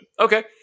Okay